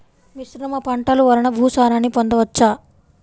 మిశ్రమ పంటలు వలన భూసారాన్ని పొందవచ్చా?